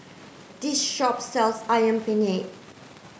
this shop sells Ayam Penyet